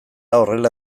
horrela